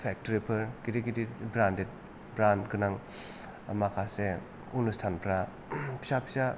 factory फोर गिदिर गिदिर ब्रेन्देद ब्रेन्द गोनां माखासे उनसथानफ्रा फिसा फिसा